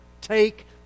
Take